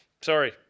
Sorry